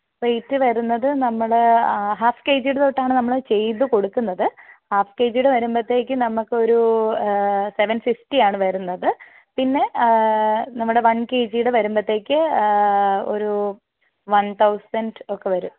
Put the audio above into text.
rate വരുന്നത് നമ്മൾ half K G തൊട്ടാണ് നമ്മൾ ചെയ്ത കൊടുക്കുന്നത് ഹാഫ് കെ ജിയുടെ വരുമ്പോഴ്ത്തേക്കും നമുക്കൊരു സെവൻ ഫിഫ്റ്റി ആണ് വരുന്നത് പിന്നെ നമ്മുടെ വൺ കെ ജിടെ വരുമ്പോഴ്ത്തേക്ക് ഒരു വൺ തൗസൻഡ് ഒക്കെ വരും